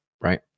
Right